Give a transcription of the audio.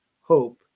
hope